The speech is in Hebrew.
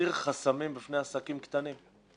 להסיר חסמים בפני עסקים קטנים,